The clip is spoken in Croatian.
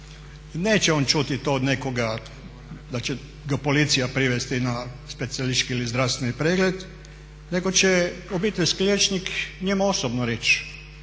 neće on čuti to od nekoga da će ga policija privesti na specijalistički ili zdravstveni pregled, nego će obiteljski liječnik njemu osobno reći